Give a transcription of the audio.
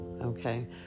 okay